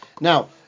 now